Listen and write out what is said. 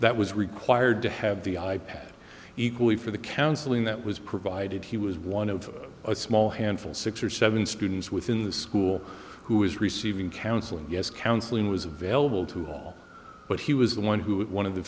that was required to have the i pad equally for the counseling that was provided he was one of a small handful six or seven students within the school who is receiving counseling yes counseling was available to all but he was the one who was one of the